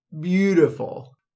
Beautiful